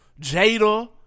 Jada